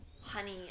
Honey